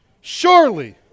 surely